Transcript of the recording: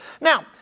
Now